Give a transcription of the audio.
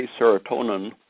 serotonin